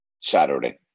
Saturday